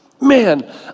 Man